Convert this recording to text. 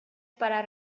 para